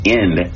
end